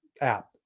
app